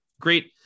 great